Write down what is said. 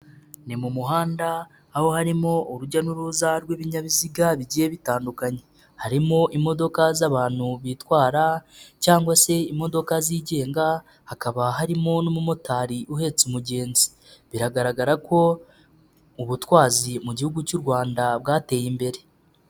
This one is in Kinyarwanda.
Ni mu muhanda, aho harimo urujya n'uruza rw'ibinyabiziga bigiye bitandukanye, harimo imodoka z'abantu bitwara cyangwa se imodoka zigenga, hakaba harimo n'umumotari uhetse umugenzi, biragaragara ko ubutwazi mu gihugu cy'u Rwanda bwateye imbere.